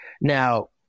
Now